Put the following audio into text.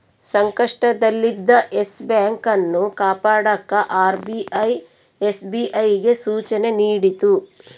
ಸಂಕಷ್ಟದಲ್ಲಿದ್ದ Yes Bank ಅನ್ನು ಕಾಪಾಡಕ ಆರ್.ಬಿ.ಐ ಎಸ್.ಬಿ.ಐಗೆ ಸೂಚನೆ ನೀಡಿತು